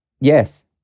Yes